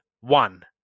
one